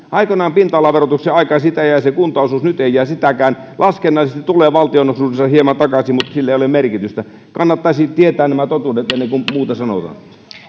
aikoinaan pinta alaverotuksen aikaan siitä jäi se kuntaosuus nyt ei jää sitäkään laskennallisesti tulee valtionosuuksissa hieman takaisin mutta sillä ei ole merkitystä kannattaisi tietää nämä totuudet ennen kuin muuta sanotaan